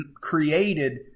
created